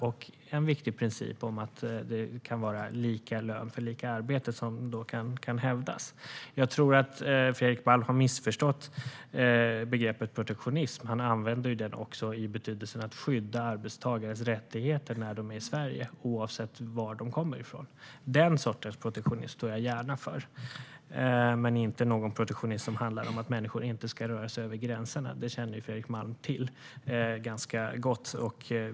Och en viktig princip om lika lön för lika arbete kan då hävdas. Jag tror att Fredrik Malm har missförstått begreppet protektionism. Han använder det också i betydelsen att skydda arbetstagares rättigheter när de är i Sverige, oavsett var de kommer ifrån. Den sortens protektionism står jag gärna för, men inte någon protektionism som handlar om att människor inte ska röra sig över gränserna. Det känner Fredrik Malm ganska väl till.